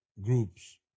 groups